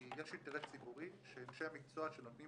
כי יש אינטרס ציבורי שאנשי המקצוע שלומדים